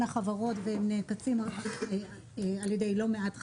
החברות והם נעקצים על ידי לא מעט חברות.